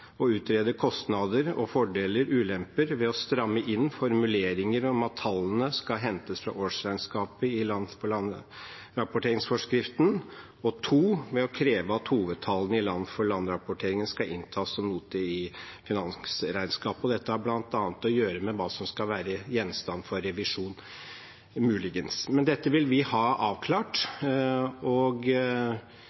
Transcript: å utrede kostnader, fordeler og ulemper for det første ved å stramme inn formuleringen i land-for-land-rapporteringsforskriften om at tallene skal hentes fra årsregnskapet, og for det andre ved å kreve at hovedtallene i land-for-land-rapporteringen skal inntas som note i finansregnskapet. Dette har bl.a. å gjøre med hva som skal være gjenstand for revisjon, muligens. Dette vil vi ha avklart.